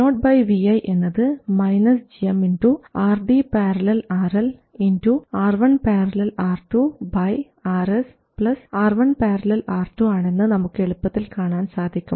Vo vi എന്നത് gm RD ║RL R1 ║R2 Rs R1 ║ R2 ആണെന്ന് നമുക്ക് എളുപ്പത്തിൽ കാണാൻ സാധിക്കും